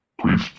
Please